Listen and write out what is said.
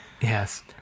Yes